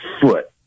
foot